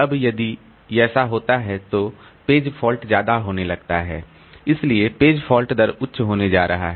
अब यदि ऐसा होता है तो पेज फॉल्ट ज्यादा होने लगता है इसलिए पेज फॉल्ट दर उच्च होने जा रहा है